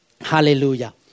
Hallelujah